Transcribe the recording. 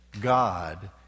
God